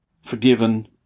forgiven